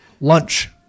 lunch